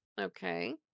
Okay